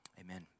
amen